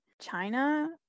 China